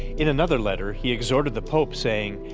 in another letter, he exhorted the pope saying,